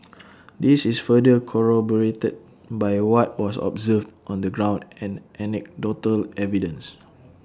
this is further corroborated by what was observed on the ground and anecdotal evidence